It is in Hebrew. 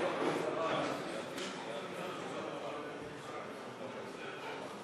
חברי הכנסת על מנת לקיים דיון בשורה של